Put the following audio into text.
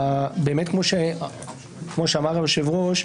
כמו שאמר היושב-ראש,